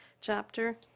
chapter